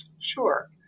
Sure